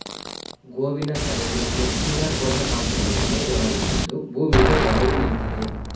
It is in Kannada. ಗೋವಿನ ಸಗಣಿ ನೆಚ್ಚಿನ ಪೋಷಕಾಂಶಗಳನ್ನು ಒಳಗೊಂಡಿದ್ದು ಭೂಮಿಗೆ ಒರವು ನೀಡ್ತಿದೆ